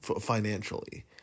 financially